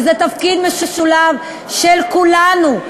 וזה תפקיד משולב של כולנו,